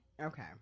Okay